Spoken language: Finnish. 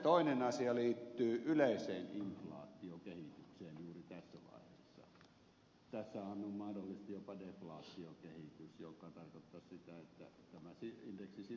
toinen asia liittyy yleiseen inflaatiokehitykseen juuri tässä vaiheessa